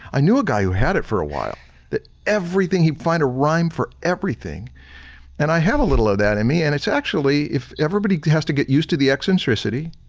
i knew a guy who had it for a while that everything he'd find a rhyme for everything and i have a little of that in me and it's actually, if everybody has to get used to the eccentricity,